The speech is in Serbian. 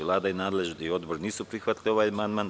Vlada i nadležni odbor nisu prihvatili ovaj amandman.